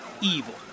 evil